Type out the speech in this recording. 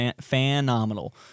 phenomenal